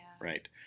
right